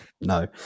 no